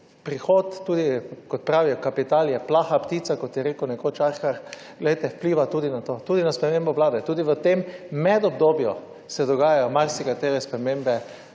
prihod kot pravijo, kapital je plaha ptica, kot je rekel nekoč Arhar, vpliva tudi na to. Tudi na spremembo Vlade. Tudi v tem medobdobju se dogajajo marsikatere spremembe,